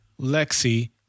Lexi